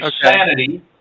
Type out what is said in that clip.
sanity